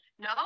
no